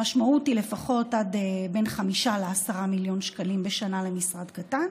המשמעות היא לפחות בין 5 ל-10 מיליון שקלים בשנה למשרד קטן